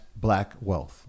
blackwealth